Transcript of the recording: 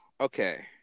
okay